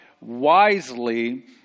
wisely